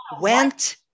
went